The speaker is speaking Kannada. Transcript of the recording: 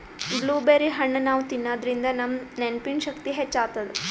ಬ್ಲೂಬೆರ್ರಿ ಹಣ್ಣ್ ನಾವ್ ತಿನ್ನಾದ್ರಿನ್ದ ನಮ್ ನೆನ್ಪಿನ್ ಶಕ್ತಿ ಹೆಚ್ಚ್ ಆತದ್